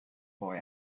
boy